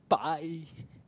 by